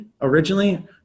originally